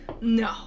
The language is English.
No